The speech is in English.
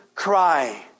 cry